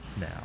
now